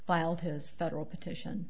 filed his federal petition